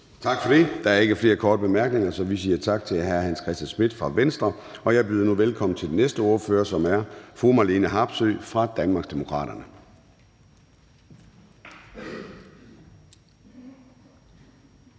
Gade): Der er ikke flere korte bemærkninger, så vi siger tak til hr. Hans Christian Schmidt fra Venstre. Jeg byder nu velkommen til den næste ordfører, som er fru Marlene Harpsøe fra Danmarksdemokraterne.